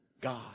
God